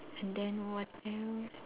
and then what else